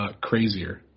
crazier